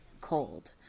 cold